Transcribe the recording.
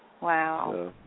Wow